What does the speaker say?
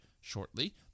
shortly